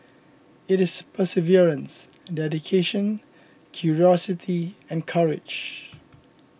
it is perseverance dedication curiosity and courage